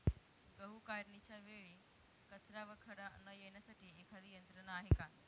गहू काढणीच्या वेळी कचरा व खडा न येण्यासाठी एखादी यंत्रणा आहे का?